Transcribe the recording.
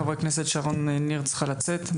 חברת הכנסת שרון ניר צריכה לצאת.